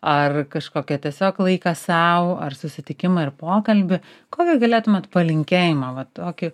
ar kažkokį tiesiog laiką sau ar susitikimą ir pokalbį kokį galėtumėt palinkėjimą va tokį